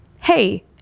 hey